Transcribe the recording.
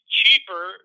cheaper